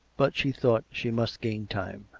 but she thought she must gain time.